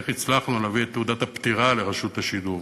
איך הצלחנו להביא את תעודת הפטירה לרשות השידור,